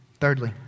Thirdly